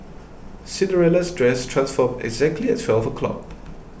Cinderella's dress transformed exactly at twelve o'clock